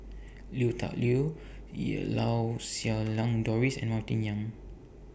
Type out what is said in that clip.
Lui Tuck Yew Lau Siew Lang Doris and Martin Yan